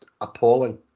appalling